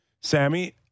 Sammy